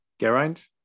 Geraint